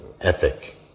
ethic